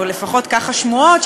או לפחות כך השמועות,